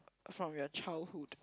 from your childhood